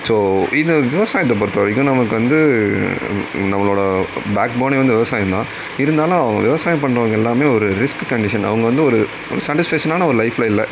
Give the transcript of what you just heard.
so இந்த விவசாயத்தை பொறுத்தவரைக்கும் நமக்கு வந்து நம்மளோடய பேக் போனே வந்து விவசாயம் தான் இருந்தாலும் விவசாயம் பண்றவங்க எல்லாமே ஒரு ரிஸ்க் கண்டிஷன் அவங்க வந்து ஒரு சேட்டிஷ்ஃபேக்ஷனான ஒரு லைஃபில் இல்லை